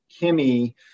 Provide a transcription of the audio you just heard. Kimmy